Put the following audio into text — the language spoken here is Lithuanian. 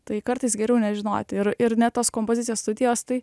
tai kartais geriau nežinoti ir ir net tos kompozicijos studijos tai